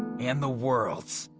and the world's,